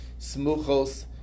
smuchos